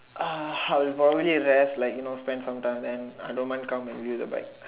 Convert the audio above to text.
uh I'll probably rest like you know spend some time then I don't mind come and use the bike